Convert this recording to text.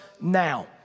now